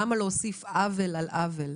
למה להוסיף עוול על עוול?